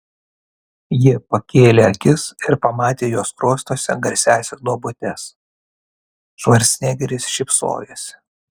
ji pakėlė akis ir pamatė jo skruostuose garsiąsias duobutes švarcnegeris šypsojosi